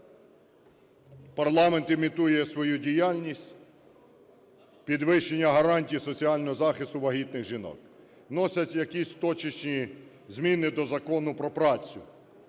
Парламент імітує свою діяльність в підвищенні гарантій соціального захисту вагітних жінок, вносять якісь точечні зміни до Закону про працю,